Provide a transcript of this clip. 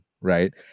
right